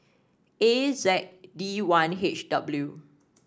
A Z D one H W